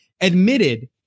admitted